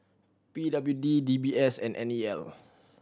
P W D D B S and N E L